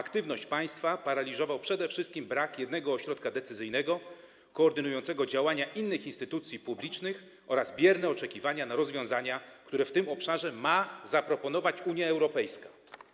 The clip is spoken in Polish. Aktywność państwa paraliżował przede wszystkim brak jednego ośrodka decyzyjnego koordynującego działania innych instytucji publicznych oraz bierne oczekiwanie na rozwiązania, które w tym obszarze ma zaproponować Unia Europejska.